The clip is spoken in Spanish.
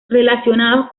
relacionados